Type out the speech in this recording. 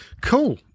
Cool